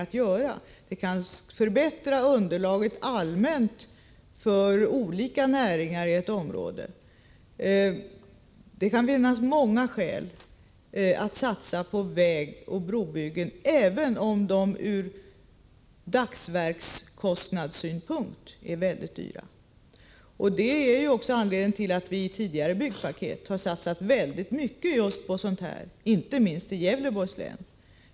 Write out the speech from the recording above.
Detta kan allmänt förbättra underlaget för olika näringar i ett område. Det kan finnas många skäl till att satsa på vägoch brobyggen, även om de ur dagsverkskostnadssynpunkt är väldigt dyra. Det är anledningen till att vi i tidigare byggpaket har satsat oerhört mycket på sådant, inte minst i Gävleborgs län.